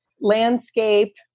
landscape